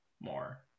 more